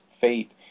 fate